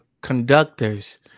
conductors